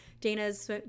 Dana's